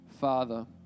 Father